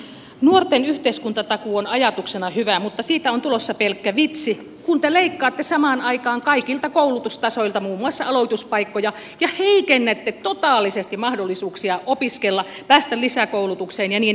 nuorten yhteiskuntatakuu on ajatuksena hyvä mutta siitä on tulossa pelkkä vitsi kun te leikkaatte samaan aikaan kaikilta koulutustasoilta muun muassa aloituspaikkoja ja heikennätte totaalisesti mahdollisuuksia opiskella päästä lisäkoulutukseen ja niin edelleen